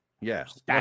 Yes